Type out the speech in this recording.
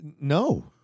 No